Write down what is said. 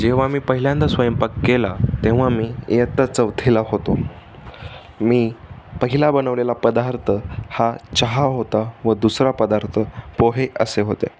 जेव्हा मी पहिल्यांदा स्वयंपाक केला तेव्हा मी इयत्ता चौथीला होतो मी पहिला बनवलेला पदार्थ हा चहा होता व दुसरा पदार्थ पोहे असे होते